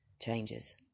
changes